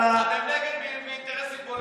אתם נגד מאינטרסים פוליטיים.